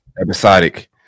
episodic